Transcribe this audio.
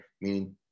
Meaning